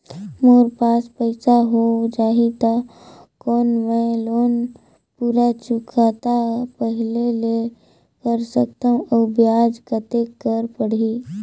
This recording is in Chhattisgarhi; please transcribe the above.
मोर पास पईसा हो जाही त कौन मैं लोन पूरा चुकता पहली ले कर सकथव अउ ब्याज कतेक कम पड़ही?